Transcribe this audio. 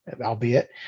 albeit